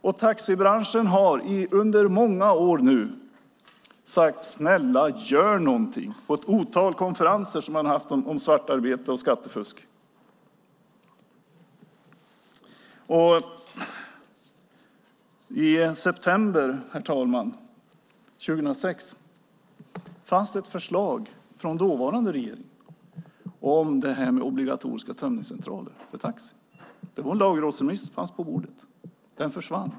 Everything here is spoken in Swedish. Och taxibranschen har nu under många år på ett otal konferenser man har haft om svartarbete och skattefusk sagt: Snälla, gör någonting! I september 2006, herr talman, fanns det ett förslag från dåvarande regeringen om obligatoriska tömningscentraler för taxi. Det var en lagrådsremiss och fanns på bordet. Den försvann.